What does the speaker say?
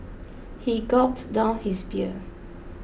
he gulped down his beer